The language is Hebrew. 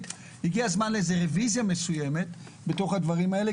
הגיע הזמן לאיזו רויזיה מסוימת בתוך הדברים האלה,